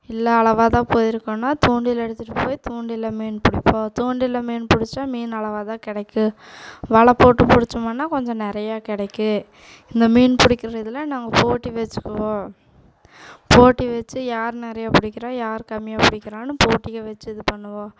இல்லை அளவாக தான் போயிருக்கோம்னா தூண்டில் எடுத்துட்டு போய் தூண்டிலில் மீன் பிடிப்போம் தூண்டிலில் மீன் பிடிச்சா மீன் அளவாக தான் கிடைக்கும் வலை போட்டு பிடிச்சோமுன்னா கொஞ்சம் நிறையா கிடைக்கு இந்த மீன் பிடிக்கிற இதில் நாங்கள் போட்டி வச்சுக்குவோம் போட்டி வெச்சு யார் நிறையா பிடிக்கிறா யார் கம்மியா பிடிக்கிறானு போட்டிகள் வெச்சு இது பண்ணுவோம்